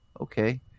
Okay